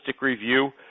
review